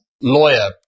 lawyer